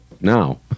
now